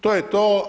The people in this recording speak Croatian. To je to.